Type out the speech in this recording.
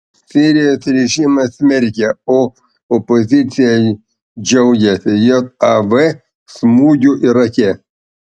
sirijos režimas smerkia o opozicija džiaugiasi jav smūgiu irake